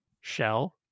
shell